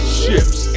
ships